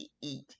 eat